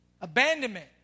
Abandonment